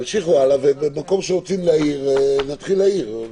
תמשיכו, ומקום שרוצים להעיר, נעצור להעיר.